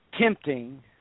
tempting